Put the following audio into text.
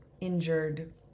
injured